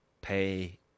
Pay